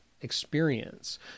experience